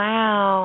Wow